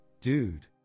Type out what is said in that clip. dude